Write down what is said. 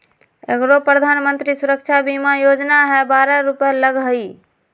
एगो प्रधानमंत्री सुरक्षा बीमा योजना है बारह रु लगहई?